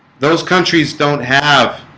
those countries don't have